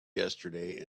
yesterday